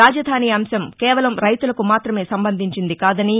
రాజధాని అంశం కేవలం రైతులకు మాత్రమే సంబంధించింది కాదని